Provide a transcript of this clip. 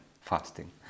Fasting